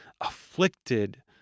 afflicted